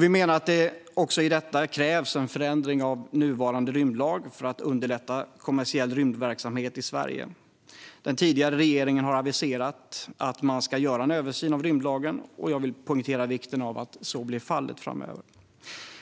Vi menar att det också krävs en förändring av nuvarande rymdlag för att underlätta kommersiell rymdverksamhet i Sverige. Den tidigare regeringen har aviserat att man ska göra en översyn av rymdlagen, och jag vill poängtera vikten av att så blir fallet framöver.